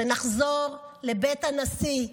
שנחזור לבית הנשיא,